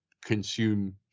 consume